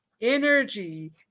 energy